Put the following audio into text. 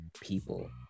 people